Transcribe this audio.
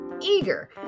Eager